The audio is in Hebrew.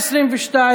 תירגעו.